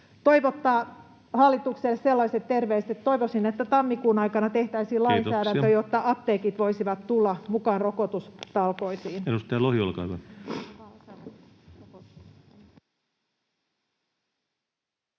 toivottaa hallitukselle sellaiset terveiset, että toivoisin, että tammikuun aikana tehtäisiin lainsäädäntö, [Puhemies: Kiitoksia!] että apteekit voisivat tulla mukaan rokotustalkoisiin.